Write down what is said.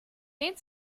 dehnt